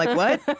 like what?